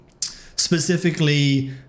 specifically